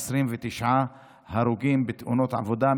29 הרוגים בתאונות עבודה,